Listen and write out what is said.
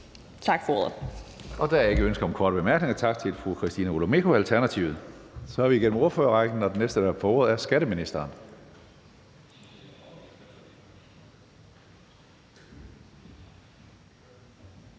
Tak for ordet.